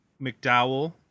mcdowell